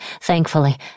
Thankfully